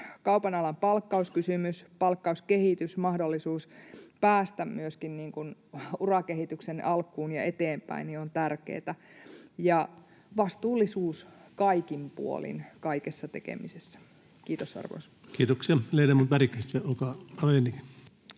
Kaupan alan palkkauskysymys, palkkauskehitys, mahdollisuus päästä myöskin urakehityksen alkuun ja eteenpäin on tärkeätä, ja vastuullisuus kaikin puolin kaikessa tekemisessä. — Kiitos, arvoisa puhemies. [Speech 148] Speaker: